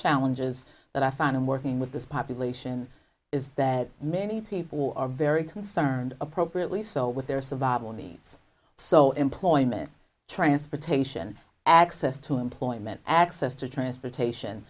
challenges that i found in working with this population is that many people are very concerned appropriately so with their survival needs so employment transportation access to employment access to transportation